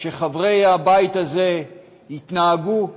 שחברי הבית הזה יתנהגו,